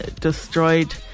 destroyed